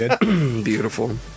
Beautiful